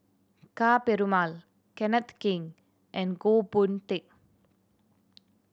Ka Perumal Kenneth Keng and Goh Boon Teck